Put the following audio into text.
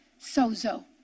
Sozo